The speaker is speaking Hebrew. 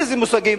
איזה מושגים.